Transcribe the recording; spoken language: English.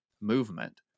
Movement